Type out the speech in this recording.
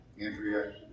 Andrea